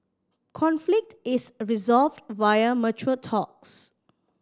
conflict is resolved via mature talks